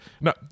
no